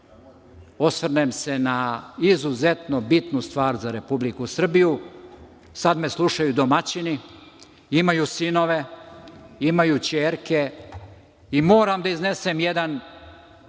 osvrnem se na izuzetno bitnu stvar za Republiku Srbiju. Sada me slušaju domaćini, imaju sinove, imaju ćerke i moram da iznesem jedan